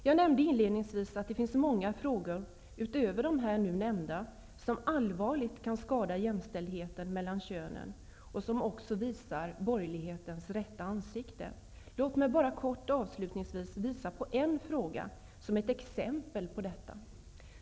Jag sade inledningsvis att det finns många frågor utöver de här nu nämnda som allvarligt kan skada jämställdheten mellan könen och som också visar borgerlighetens rätta ansikte. Låt mig bara kort avslutningsvis visa på en fråga som exempel på detta.